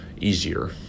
easier